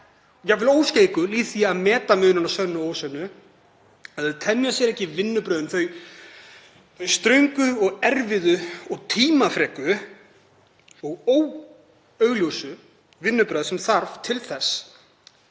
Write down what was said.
jafnvel óskeikul í því að meta muninn á sönnu og ósönnu, að þau temja sér ekki vinnubrögðin, þau ströngu og erfiðu og tímafreku og ekki augljósu vinnubrögð sem þarf til þess